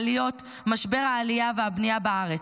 העליות, משבר העלייה והבנייה בארץ.